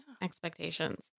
Expectations